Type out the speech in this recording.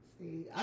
see